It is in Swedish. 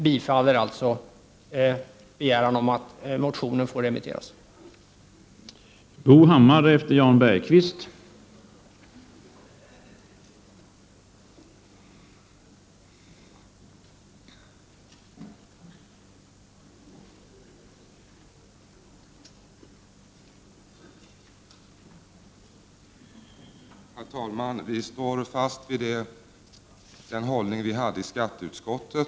Miljöpartiet yrkar bifall till begäran om att motionen får remitteras till utskottet.